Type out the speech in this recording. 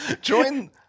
Join